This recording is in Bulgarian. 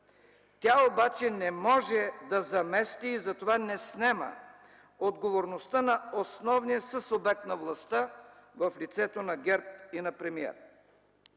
Тя обаче не може да замести и затова не снема отговорността на основния съсубект на властта в лицето на ГЕРБ и на премиера.